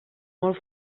molt